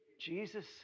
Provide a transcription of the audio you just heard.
Jesus